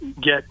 get